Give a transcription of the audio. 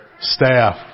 staff